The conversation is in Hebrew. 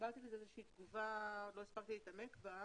קיבלתי איזושהי תגובה שעוד לא הספקתי להתעמק בה.